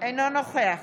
אינו נוכח